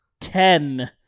ten